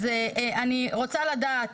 אז אני רוצה לדעת